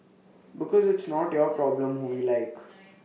because it's not your problem who we like